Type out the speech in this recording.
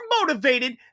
motivated